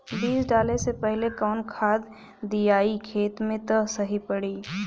बीज डाले से पहिले कवन खाद्य दियायी खेत में त सही पड़ी?